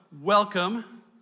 welcome